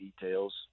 details